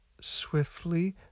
swiftly